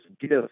gift